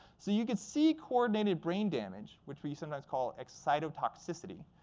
so you could see coordinated brain damage, which we sometimes call excitotoxicity,